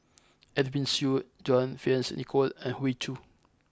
Edwin Siew John Fearns Nicoll and Hoey Choo